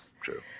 true